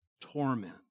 torment